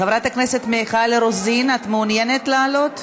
חברת הכנסת מיכל רוזין, את מעוניינת לעלות?